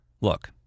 look